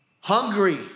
hungry